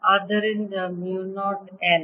ಆದ್ದರಿಂದ ಮು 0 I